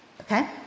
okay